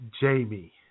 Jamie